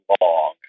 long